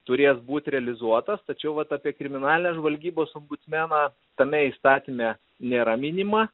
turės būt realizuotas tačiau vat apie kriminalinės žvalgybos ombudsmeną tame įstatyme nėra minima